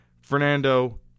Fernando